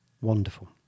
wonderful